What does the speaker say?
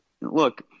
look